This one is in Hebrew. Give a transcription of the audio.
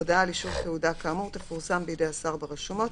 הודעה על אישור תעודה כאמור תפורסם בידי השר ברשומות